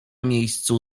miejscu